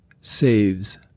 saves